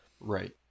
Right